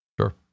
Sure